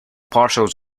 parcels